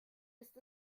ist